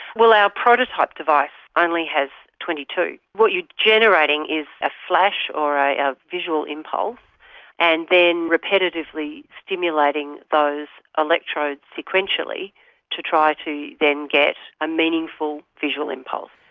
well, our prototype device only has twenty two. what you're generating is a flash or ah a visual impulse and then repetitively stimulating those electrodes sequentially to try to then get a meaningful visual impulse.